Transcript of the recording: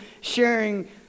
sharing